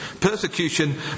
Persecution